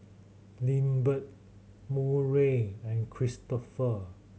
Lindbergh Murray and Kristopher